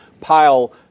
pile